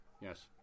Yes